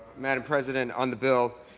madam president. on the bill.